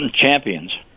Champions